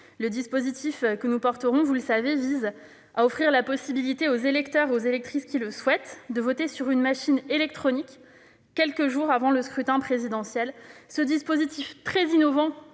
Le dispositif que nous proposons vise, comme vous le savez, à offrir la possibilité aux électeurs et aux électrices qui le souhaitent de voter sur une machine électronique, quelques jours avant le scrutin présidentiel. Ce dispositif, très innovant,-